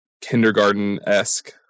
kindergarten-esque